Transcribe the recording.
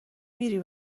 میری